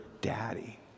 daddy